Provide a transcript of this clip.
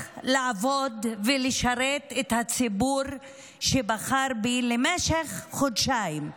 לעבוד ולשרת את הציבור שבחר בי למשך חודשיים.